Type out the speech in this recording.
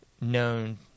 known